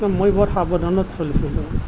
মই বৰ সাৱধানত চলিছোঁ তাৰমানে